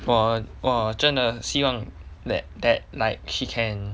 我我真的希望 that that like she can